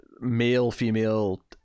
male-female